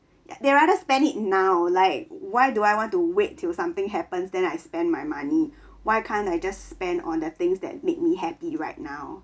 they rather spend it now like why do I want to wait till something happens then I spend my money why can't I just spend on the things that made me happy right now